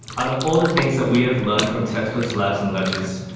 out of all the things that we have learned from textbooks, labs and lectures,